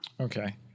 Okay